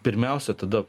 pirmiausia tada